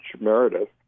Meredith